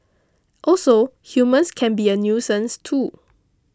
also humans can be a nuisance too